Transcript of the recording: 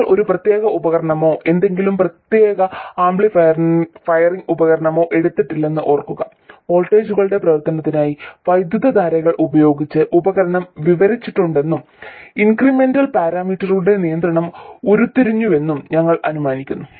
ഞങ്ങൾ ഒരു പ്രത്യേക ഉപകരണമോ ഏതെങ്കിലും പ്രത്യേക ആംപ്ലിഫയിംഗ് ഉപകരണമോ എടുത്തിട്ടില്ലെന്ന് ഓർക്കുക വോൾട്ടേജുകളുടെ പ്രവർത്തനമായി വൈദ്യുതധാരകൾ ഉപയോഗിച്ച് ഉപകരണം വിവരിച്ചിട്ടുണ്ടെന്നും ഇൻക്രിമെന്റൽ പാരാമീറ്ററുകളിലെ നിയന്ത്രണങ്ങൾ ഉരുത്തിരിഞ്ഞുവെന്നും ഞങ്ങൾ അനുമാനിക്കുന്നു